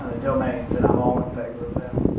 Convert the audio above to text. ah domains and i'm all in favor of that